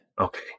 Okay